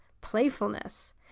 playfulness